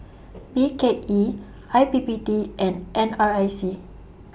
B K E I P P T and N R I C